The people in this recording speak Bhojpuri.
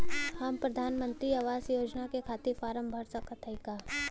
हम प्रधान मंत्री आवास योजना के खातिर फारम भर सकत हयी का?